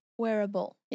wearable